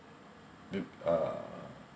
with uh